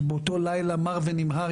באותו לילה מר ונמהר,